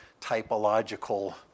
typological